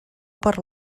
per